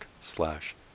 slash